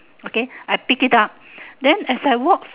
okay I pick it up then as I walk